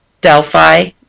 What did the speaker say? Delphi